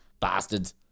Bastards